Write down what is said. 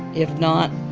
if not,